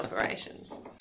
operations